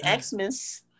Xmas